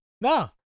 No